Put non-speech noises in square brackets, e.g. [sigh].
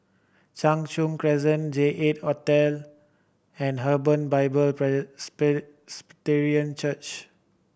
Cheng Soon Crescent J Eight Hotel and Hebron Bible [unintelligible] Church